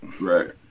right